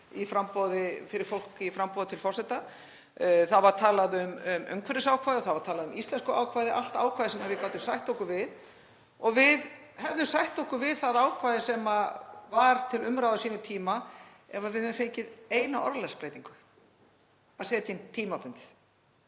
meðmælenda fyrir fólk í framboði til forseta, og það var talað um umhverfisákvæði, það var talað um íslenskuákvæði. Allt ákvæði sem við gátum sætt okkur við og við hefðum sætt okkur við það ákvæði sem var til umræðu á sínum tíma ef við hefðum fengið eina orðalagsbreytingu; að setja inn „tímabundið“.